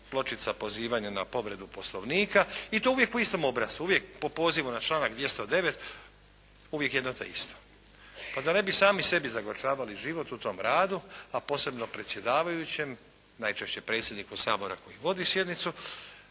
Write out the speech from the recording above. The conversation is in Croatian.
pločica pozivanja na povredu Poslovnika i to uvijek po istom obrascu. Uvijek po pozivu na članak 209. uvijek jedno te isto. Pa da ne bi sami sebi zagorčavali život u tom radu, a posebno predsjedavajućem, najčešće predsjedniku Sabora koji vodi sjednicu.